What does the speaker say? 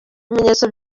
bimenyetso